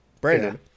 Brandon